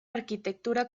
arquitectura